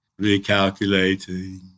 recalculating